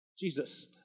Jesus